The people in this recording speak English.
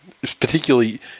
particularly